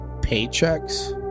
Paychecks